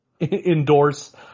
endorse